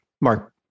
Mark